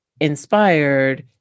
inspired